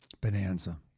Bonanza